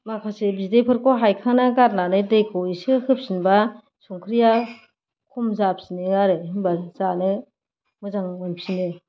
माखासे बिदैफोरखौ हायखांना गारनानै दैखौ इसे होफिनबा संख्रिया खम जाफिनो आरो होनबा जानो मोजां मोनफिनो